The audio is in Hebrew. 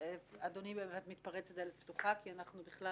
אדוני באמת מתפרץ לדלת פתוחה כי אנחנו בכלל,